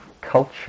culture